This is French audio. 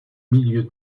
milieux